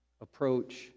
approach